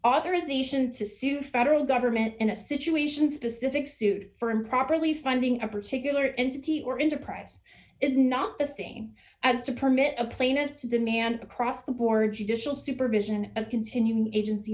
authorization to sue federal government in a situation specific suit for improperly funding a particular in city or into price is not the same as to permit a plaintiff to demand across the board judicial supervision and continuing agency